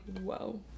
whoa